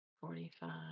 forty-five